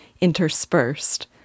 interspersed